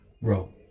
row